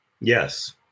Yes